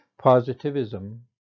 Positivism